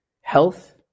health